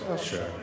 Sure